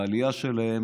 בעלייה שלהם,